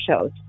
shows